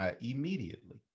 immediately